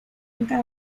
nunca